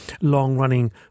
long-running